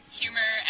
humor